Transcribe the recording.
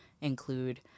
include